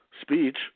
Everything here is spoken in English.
speech